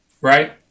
right